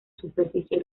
superficie